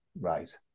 Right